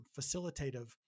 facilitative